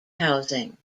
housing